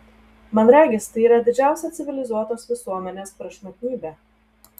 man regis tai yra didžiausia civilizuotos visuomenės prašmatnybė